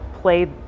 played